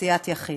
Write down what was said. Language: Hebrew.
סיעת יחיד.